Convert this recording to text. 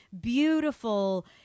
beautiful